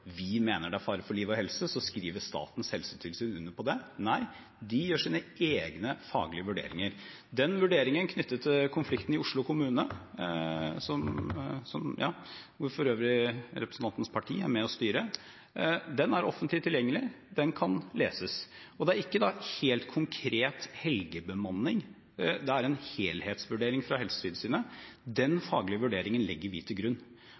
mener det er fare for liv og helse, så skriver Statens helsetilsyn under på det. Nei, de gjør sine egne faglige vurderinger. Den vurderingen knyttet til konflikten i Oslo kommune, der for øvrig representantens parti er med og styrer, er offentlig tilgjengelig, den kan leses. Det er ikke helt konkret helgebemanning, det er en helhetsvurdering fra Helsetilsynet. Den faglige vurderingen legger vi til grunn.